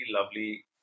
lovely